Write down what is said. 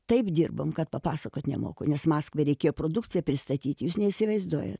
taip dirbom kad papasakot nemoku nes į maskvą reikėjo produkciją pristatyti jūs neįsivaizduojat